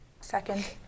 Second